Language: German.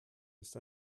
ist